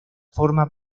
forma